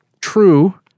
true